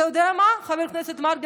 אתה יודע מה, חבר הכנסת מרגי?